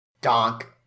Donk